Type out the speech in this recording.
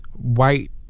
white